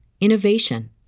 innovation